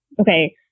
okay